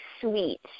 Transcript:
sweet